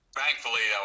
thankfully